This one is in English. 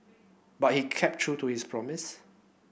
but he kept true to his promise